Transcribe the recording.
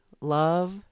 love